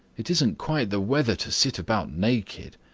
it isn't quite the weather to sit about naked!